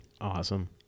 Awesome